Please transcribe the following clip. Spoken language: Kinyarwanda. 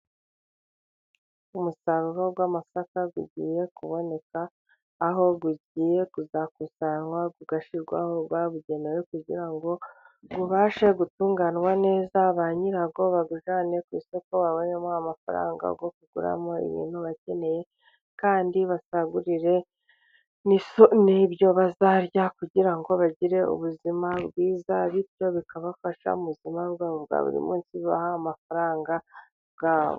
Umusaruro w'amasaka ugiye kuboneka aho ugiye kuzakusanywa ugashyirwa aho bawugeneye, kugira ngo ubashe gutunganywa neza ba nyirawo bawujyane ku isoko babonemo amafaranga yo kuguramo ibintu bakeneye, kandi basagurire n'ibyo bazarya kugira ngo bagire ubuzima bwiza ,bityo bikabafasha mu buzima bwabo bwa buri munsi bahaha amafaranga yabo.